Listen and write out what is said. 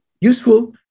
Useful